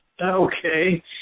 Okay